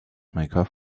maker